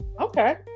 okay